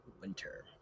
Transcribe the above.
Winter